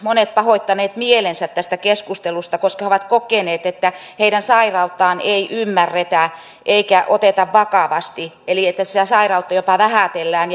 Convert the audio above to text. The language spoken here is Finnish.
monet pahoittaneet mielensä tästä keskustelusta koska he ovat kokeneet että heidän sairauttaan ei ymmärretä eikä oteta vakavasti eli sitä sairautta jopa vähätellään